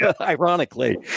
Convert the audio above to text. ironically